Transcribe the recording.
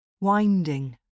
Winding